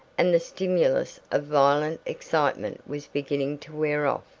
and the stimulus of violent excitement was beginning to wear off.